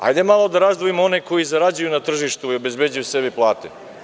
Hajde malo da razdvojimo one koji zarađuju na tržištu i obezbeđuju sebi plate.